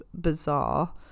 bizarre